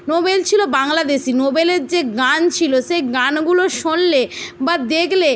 Nobel ছিল বাংলাদেশি নোবেলের যে গান ছিল সেই গানগুলো শুনলে বা দেখলে